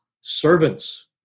servants